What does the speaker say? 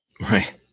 Right